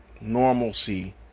normalcy